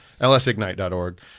lsignite.org